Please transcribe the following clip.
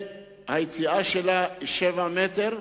והיציאה שלה היא 7 מטרים.